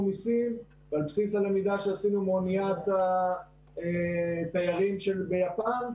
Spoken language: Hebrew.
מסין ועל בסיס הלמידה שעשינו מאוניית התיירים ביפן.